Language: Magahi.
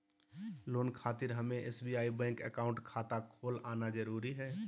लोन खातिर हमें एसबीआई बैंक अकाउंट खाता खोल आना जरूरी है?